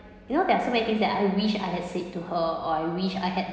you know there are so many things that I wish I had said to her or I wish I had